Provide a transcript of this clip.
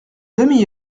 demi